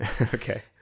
Okay